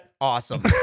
awesome